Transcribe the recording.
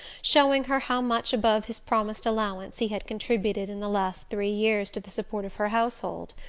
showing her how much above his promised allowance he had contributed in the last three years to the support of her household.